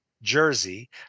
Jersey